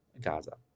Gaza